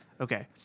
Okay